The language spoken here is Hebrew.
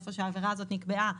איפה שהעבירה הזאת נקבעה,